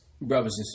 brothers